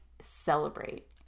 celebrate